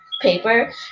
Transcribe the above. paper